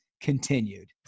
continued